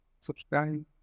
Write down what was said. subscribe